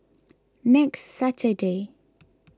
next Saturday